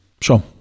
Sure